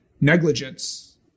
negligence